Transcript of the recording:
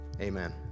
Amen